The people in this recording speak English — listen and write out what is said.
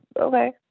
okay